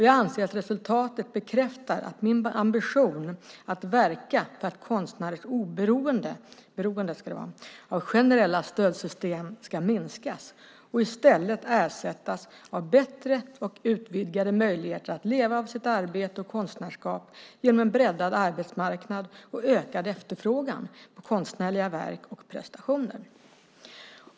Jag anser att resultatet bekräftar min ambition att verka för att konstnärers beroende av generella stödsystem ska minskas och i stället ersättas av bättre och utvidgade möjligheter att leva av sitt arbete och konstnärskap genom en breddad arbetsmarknad och ökad efterfrågan på konstnärliga verk och prestationer.